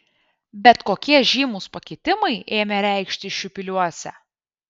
bet kokie žymūs pakitimai ėmė reikštis šiupyliuose